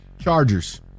Chargers